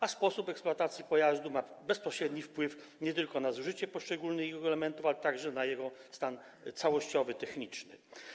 A sposób eksploatacji pojazdu ma bezpośredni wpływ nie tylko na zużycie poszczególnych jego elementów, ale także na jego całościowy stan techniczny.